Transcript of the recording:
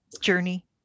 journey